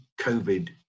COVID